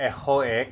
এশ এক